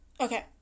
okay